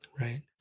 right